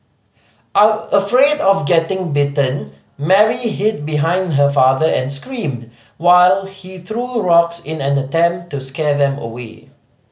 afraid of getting bitten Mary hid behind her father and screamed while he threw rocks in an attempt to scare them away